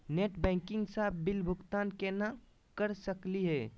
Net banking स बिल भुगतान केना कर सकली हे?